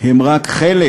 הן רק חלק